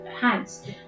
hands